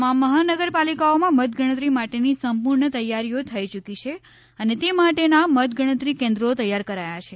તમામ મહાનગરપાલિકાઓમાં મતગણતરી માટેની સંપૂર્ણ તૈયારીઓ થઇ યૂકી છે અને તે માટેના મતગણતરી કેન્દ્રો તૈયાર કરાયાં છે